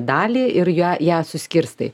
dalį ir ją ją suskirstai